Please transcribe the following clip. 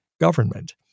government